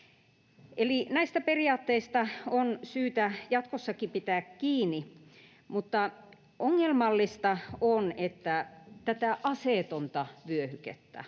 näistä periaatteista on syytä jatkossakin pitää kiinni, mutta ongelmallista on, että tätä aseetonta vyöhykettä